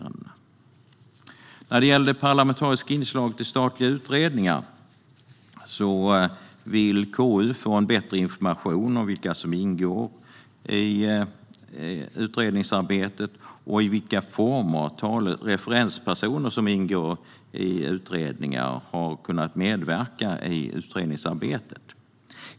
När det gäller det parlamentariska inslaget i statliga utredningar vill KU få en bättre information om vilka som ingår i utredningsarbetet och i vilka former referenspersonerna har medverkat i utredningsarbetet.